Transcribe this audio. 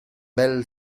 bel